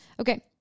Okay